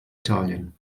italien